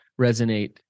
resonate